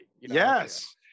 yes